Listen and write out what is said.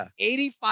85%